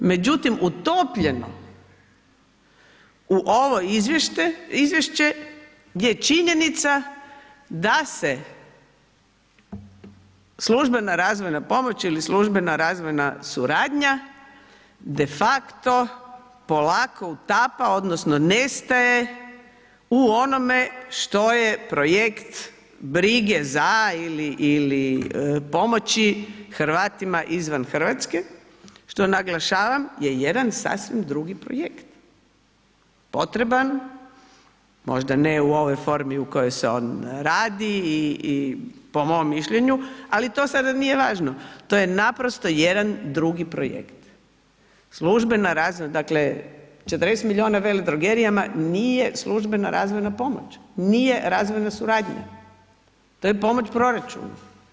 Međutim, utopljeno u ovo izvješće gdje je činjenica da se službena razvojna pomoć ili službena razvoja suradnja de facto polako utapa odnosno nestaje u onome što je projekt brige za ili pomoć Hrvatima izvan Hrvatske što naglašavam je jedan sasvim drugi projekt potreban možda ne u ovoj formi u kojoj se on radi i po mom mišljenju ali to sada nije važno, to je naprosto jedan drugi projekt, dakle 40 milijuna veledrogerijama nije službena razvojna pomoć, nije razvojna suradnja, to je pomoć proračunu.